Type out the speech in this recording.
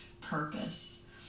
purpose